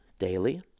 daily